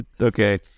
Okay